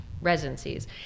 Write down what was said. residencies